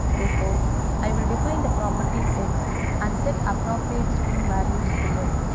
therefore i will define the property text and set appropriate string values to it.